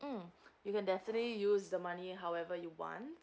mm you can definitely use the money however you want